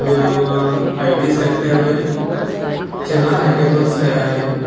ॿियों मां I T sector में चङा हैकेथोंस कया आहिनि